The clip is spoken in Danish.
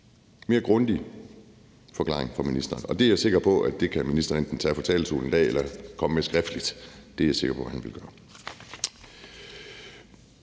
mere grundig forklaring fra ministeren, og det er jeg sikker på ministeren enten kan tage fra talerstolen i dag eller komme med et skriftligt svar på. Det er jeg sikker på han vil gøre.